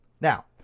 Now